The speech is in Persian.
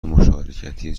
مشارکتی